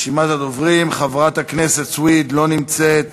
רשימת הדוברים: חברת הכנסת סויד, לא נמצאת,